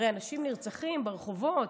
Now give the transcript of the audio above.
הרי אנשים נרצחים ברחובות.